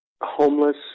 homeless